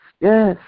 Yes